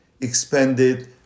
expanded